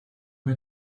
mit